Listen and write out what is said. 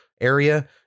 area